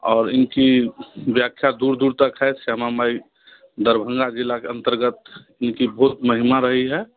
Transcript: और इनकी व्याख्या दूर दूर तक है श्यामा माई दरभंगा ज़िला के अंतर्गत उनकी बहुत महिमा रही है